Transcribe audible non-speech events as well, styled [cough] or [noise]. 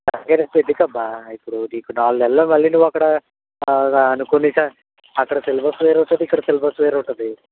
[unintelligible] ఎందుకమ్మా ఇప్పుడు నీకు నాలుగు నెలలో మళ్ళి నువ్వు అక్కడ అనుకుని అక్కడ సిలబస్ వేరుంటుంది ఇక్కడ సిలబస్ వేరుంటుంది